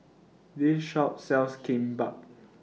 This Shop sells Kimbap